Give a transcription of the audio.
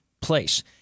place